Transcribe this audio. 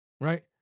right